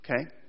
Okay